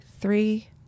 three